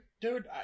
Dude